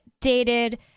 dated